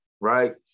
right